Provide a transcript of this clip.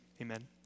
amen